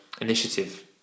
initiative